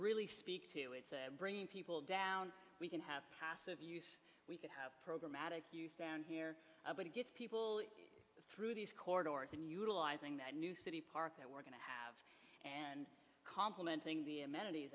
really speak to it's bringing people down we can have passive use that have programatic use down here but it gets people through these corridors and utilizing that new city park that we're going to have and complementing the amenities